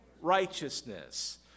Righteousness